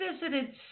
visited